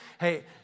hey